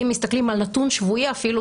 אם מסתכלים על נתון שבועי אפילו,